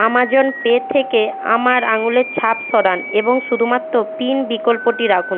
Amazon Pay থেকে আমার আঙুলের ছাপ সরান এবং শুধুমাত্র পিন বিকল্পটি রাখুন